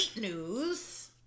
news